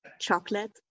chocolate